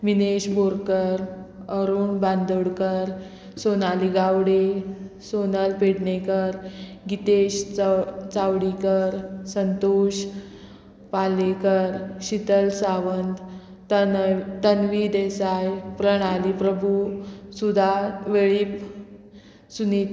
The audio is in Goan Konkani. विनेश बोरकर अरुण बांदोडकर सोनाली गावडे सोनल पेडणेकर गितेश चाव चावडीकर संतोश पालेकर शितल सावंत तनव तन्वी देसाय प्रणाली प्रभू सुदा वेळीप सुनीत